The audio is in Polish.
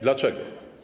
Dlaczego?